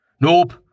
Nope